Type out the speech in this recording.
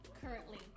currently